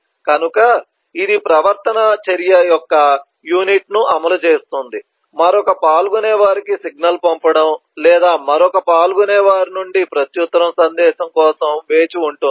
కనుక ఇది ప్రవర్తన చర్య యొక్క యూనిట్ను అమలు చేస్తుంది మరొక పాల్గొనేవారికి సిగ్నల్ పంపడం లేదా మరొక పాల్గొనేవారి నుండి ప్రత్యుత్తర సందేశం కోసం వేచి ఉంటుంది